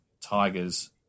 tigers